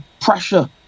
pressure